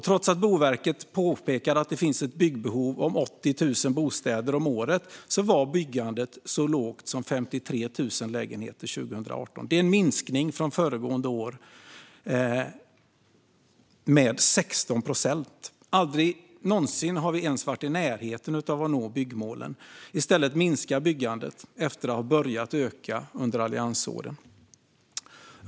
Trots att Boverket har pekat på ett byggbehov om 80 000 bostäder om året var byggandet så lågt som 53 000 lägenheter 2018. Det är en minskning från året innan med 16 procent! Aldrig någonsin har vi ens varit i närheten av att nå byggmålen. I stället minskar byggandet efter att det hade börjat öka under alliansåren.